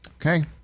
Okay